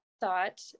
thought